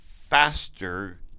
faster